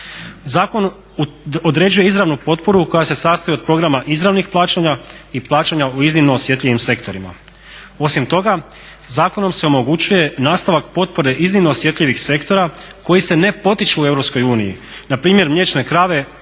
Zakon određuje izravnu potporu koja se sastoji od programa izravnih plaćanja i plaćanja u iznimno osjetljivim sektorima. Osim toga zakonom se omogućuje nastavak potpore iznimno osjetljivih sektora koji se ne potiču u EU, npr. mliječne krave,